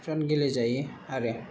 जन गेलेजायो आरो